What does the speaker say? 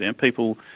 people